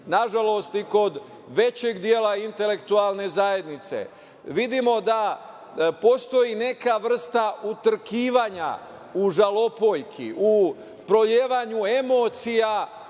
nažalost i kod većeg dela intelektualne zajednice, vidimo da postoji neka vrsta utrkivanja u žalopojki, u provejavanju emocija.